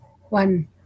one